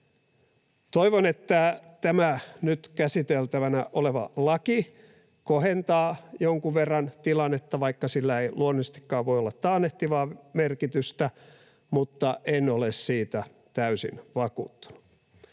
Toivon, että tämä nyt käsiteltävänä oleva laki kohentaa jonkun verran tilannetta, vaikka sillä ei luonnollisestikaan voi olla taannehtivaa merkitystä, mutta en ole siitä täysin vakuuttunut.